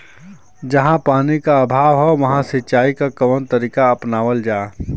जहाँ पानी क अभाव ह वहां सिंचाई क कवन तरीका अपनावल जा?